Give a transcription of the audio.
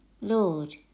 Lord